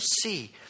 see